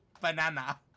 Banana